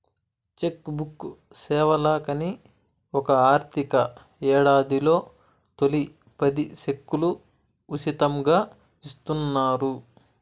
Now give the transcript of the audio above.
check book సేవలకని ఒక ఆర్థిక యేడాదిలో తొలి పది సెక్కులు ఉసితంగా ఇస్తున్నారు